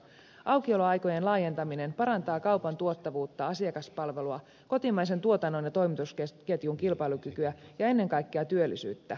aukioloaikojen laajentaminen parantaa kaupan tuottavuutta asiakaspalvelua kotimaisen tuotannon ja toimitusketjun kilpailukykyä ja ennen kaikkea työllisyyttä